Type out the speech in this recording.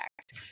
act